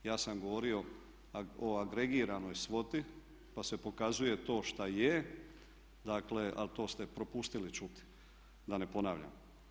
Ja sam govorio o agregiranoj svoti pa se pokazuje to šta je, dakle ali to ste propustili čuti, da ne ponavljam.